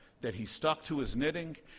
that he stuck to his knitting,